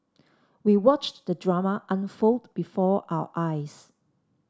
we watched the drama unfold before our eyes